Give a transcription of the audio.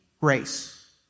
grace